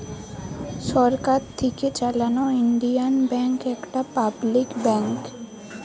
সরকার থিকে চালানো Indian bank একটা পাবলিক ব্যাঙ্ক